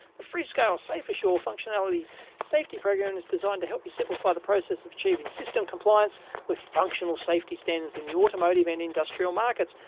the freescale safe assure functionality safety program and is designed to help you simplify the process of achieving system compliance with functional safety standards in the automotive and industrial markets.